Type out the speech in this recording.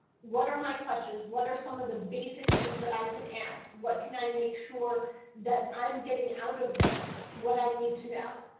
what are my questions? what are some of the basic things that i can ask? what can i make sure that i am getting out of this? what do i need to know?